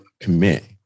commit